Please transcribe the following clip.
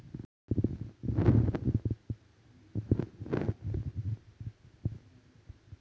मोबाईलातसून आमी मार्केटिंग करूक शकतू काय?